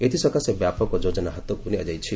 ଏଥିସକାଶେ ବ୍ୟାପକ ଯୋଜନା ହାତକୁ ନିଆଯାଇଛି